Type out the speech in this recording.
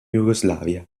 jugoslavia